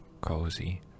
cozy